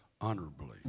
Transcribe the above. honorably